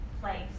place